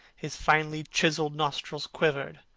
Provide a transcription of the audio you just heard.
his finely chiselled nostrils quivered,